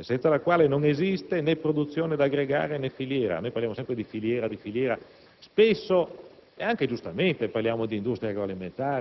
senza la quale non esiste né produzione da aggregare né filiera. Parliamo sempre di filiera, così